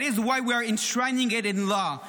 That is why we enshrining it in law.